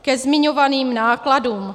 Ke zmiňovaným nákladům.